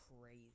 crazy